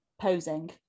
posing